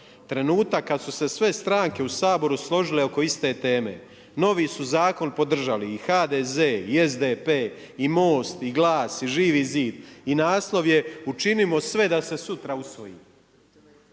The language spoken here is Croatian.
Trenutak kad su se sve stranke u Saboru složile oko iste teme novi su zakon podržali i HDZ i SDP i MOST i Glas i Živi zid i naslov je „Učinimo sve da se sutra usvoji“.